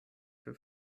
für